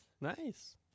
Nice